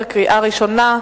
2010, קריאה ראשונה.